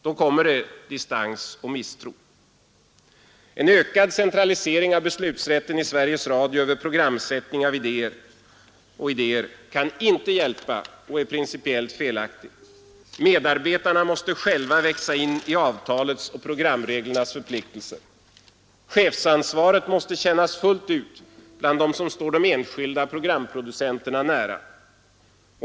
På detta sätt skapas distans och misstro. En ökad centralisering av beslutsrätten i Sveriges Radio över programsättning och idéer kan inte hjälpa och är principiellt felaktig. Medarbetarna måste själva växa in i avtalets och programreglernas förpliktelser. Chefsansvaret måste kännas fullt ut bland dem som står de enskilda programproducenterna nära.